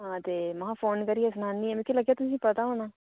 आं ते महां फोन करी सनान्नी आं मिगी लग्गेआ कि तुसें पता होना